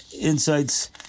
insights